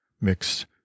mixed